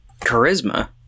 Charisma